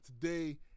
today